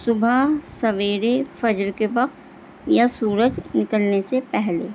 صبح سویرے فجر کے وقت یا سورج نکلنے سے پہلے